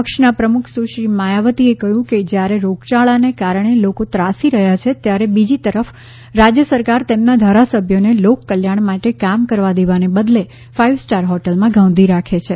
પક્ષના પ્રમુખ સુ શ્રી માયાવતીએ કહ્યું કે જ્યારે રોગયાળાને કારણે લોકો ત્રાસી રહ્યા છે ત્યારે બીજી તરફ રાજ્ય સરકાર તેમના ધારાસભ્યોને લોક કલ્યાણ માટે કામ કરવા દેવાને બદલે ફાઇવ સ્ટાર હોટલમાં ગોંધી રાખે છે